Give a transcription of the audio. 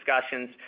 discussions